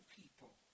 people